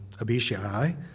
Abishai